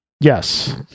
Yes